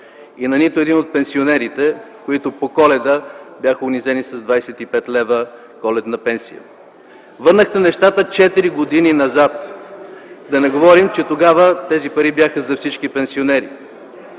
и на нито един от пенсионерите, които по Коледа бяха унизени с 25 лв. коледна пенсия. Върнахте нещата 4 години назад, да не говорим, че тогава тези пари бяха за всички пенсионери,